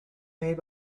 made